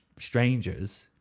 strangers